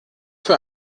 für